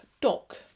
dock